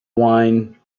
wine